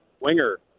winger